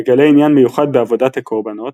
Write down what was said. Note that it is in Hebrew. הוא מגלה עניין מיוחד בעבודת הקרבנות,